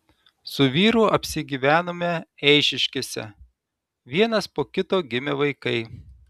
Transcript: su vyru apsigyvenome eišiškėse vienas po kito gimė vaikai